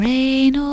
Rain